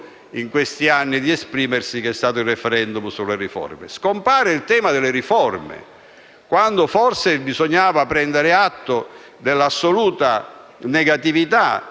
Scompare il tema delle riforme, quando forse bisognava prendere atto dell'assoluta negatività